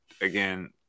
again